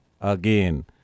Again